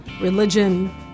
religion